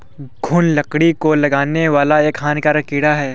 घून लकड़ी को लगने वाला एक हानिकारक कीड़ा है